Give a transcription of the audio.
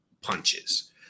punches